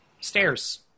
Stairs